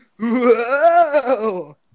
Whoa